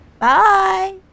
Bye